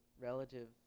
relative